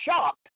shocked